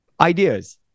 ideas